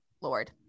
lord